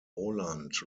roland